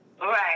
Right